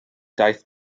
daeth